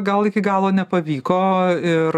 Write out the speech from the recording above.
gal iki galo nepavyko ir